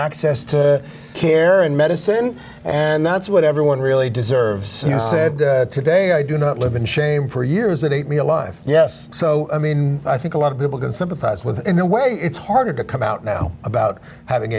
access to care and medicine and that's what everyone really deserves today i do not live in shame for years that eat me alive yes so i mean i think a lot of people can sympathize with in a way it's harder to come out now about having